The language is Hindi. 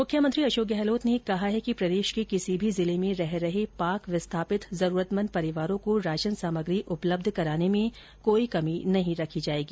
मुख्यमंत्री अशोक गहलोत ने कहा कि प्रदेश के किसी भी जिले में रह रहे पाक विस्थापित जरूरतमंद परिवारों को राशन सामग्री उपलब्ध कराने में कोई कमी नहीं रखी जाएगी